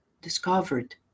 discovered